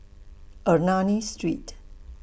Ernani Street